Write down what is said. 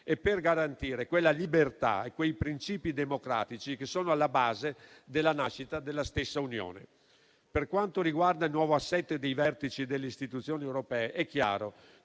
e per garantire quella libertà e quei principi democratici che sono alla base della nascita della stessa Unione. Per quanto riguarda il nuovo assetto dei vertici delle istituzioni europee, è chiaro